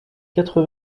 quatre